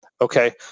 Okay